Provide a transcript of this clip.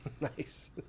Nice